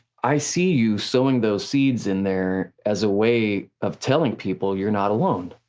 i see you sewing those seeds in there as a way of telling people you're not alone.